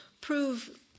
prove